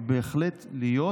בהחלט יכול להיות